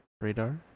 radar